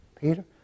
Peter